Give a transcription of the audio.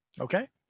Okay